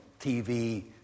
TV